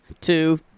Two